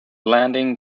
landing